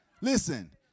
Listen